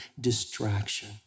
distraction